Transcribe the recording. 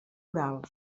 oral